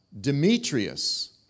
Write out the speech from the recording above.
Demetrius